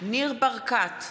ניר ברקת,